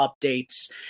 updates